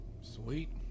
Sweet